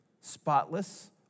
spotless